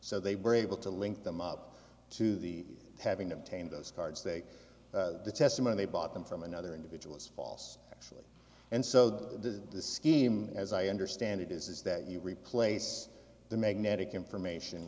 so they were able to link them up to the having obtained those cards that the testimony they bought them from another individual it's false and so the scheme as i understand it is that you replace the magnetic information